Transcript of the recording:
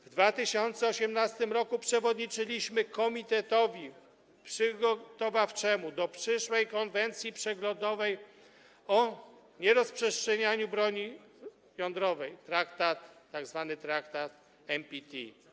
W 2018 r. przewodniczyliśmy komitetowi przygotowawczemu do przyszłej konferencji przeglądowej o nierozprzestrzenianiu broni jądrowej - tzw. traktat NPT.